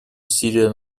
усилия